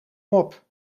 mop